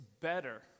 better